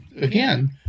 Again